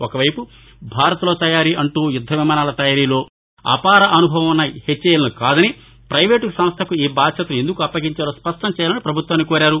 ఒకవైపు భారత్లో తయారీ అంటూ యుద్ద విమానాల తయారీలో అపార అనుభవమున్న హెచ్ఏఎల్ను కాదని పైవేటు సంస్టకు ఈ బాధ్యతను ఎందుకు అప్పగించారో స్పష్టం చేయాలని ప్రభుత్వాన్ని కోరారు